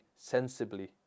sensibly